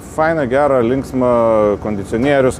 faina gera linksma kondicionierius